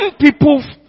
people